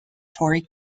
tory